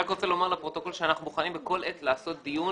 לפרוטוקול שאנחנו מוכנים בכל עת לקיים דיון